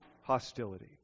hostility